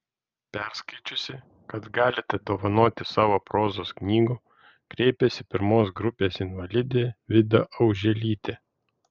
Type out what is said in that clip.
perskaičiusi kad galite dovanoti savo prozos knygų kreipėsi pirmos grupės invalidė vida auželytė